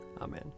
amen